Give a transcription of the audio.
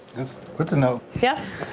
that's good to know. yeah.